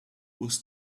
was